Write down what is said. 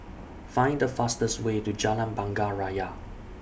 Find The fastest Way to Jalan Bunga Raya